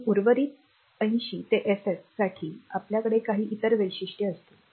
आणि उर्वरित 80 ते FF साठी आपल्याकडे काही इतर वैशिष्ट्ये असतील